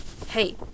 Hey